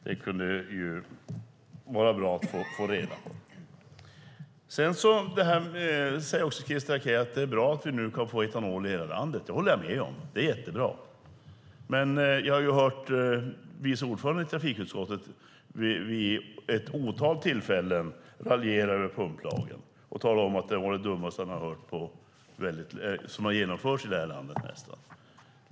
Det kunde vara bra att få reda på. Christer Akej säger att det är bra att vi nu kan få etanol i hela landet. Det håller jag med om. Det är jättebra. Men jag har vid ett otal tillfällen hört vice ordföranden i trafikutskottet raljera över pumplagen och tala om att den nästan är det dummaste som genomförts i det här landet.